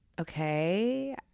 Okay